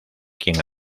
quien